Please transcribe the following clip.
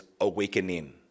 awakening